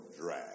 drag